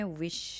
wish